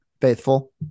Faithful